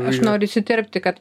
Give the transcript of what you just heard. aš noriu įsiterpti kad